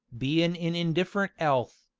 bein' in indifferent ealth.